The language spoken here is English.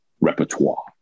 repertoire